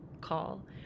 call